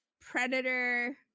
Predator